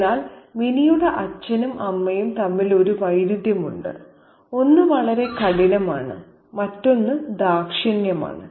അതിനാൽ മിനിയുടെ അച്ഛനും അമ്മയും തമ്മിൽ ഒരു വൈരുദ്ധ്യമുണ്ട് ഒന്ന് വളരെ കഠിനമാണ് മറ്റൊന്ന് ദാക്ഷിണ്യമാണ്